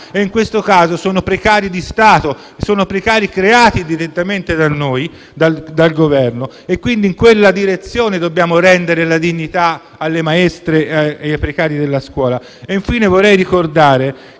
In questo caso sono precari di Stato, sono precari creati direttamente da noi, dal Governo. In questa direzione dobbiamo rendere la dignità alle maestre e ai precari della scuola. Infine, vorrei ricordare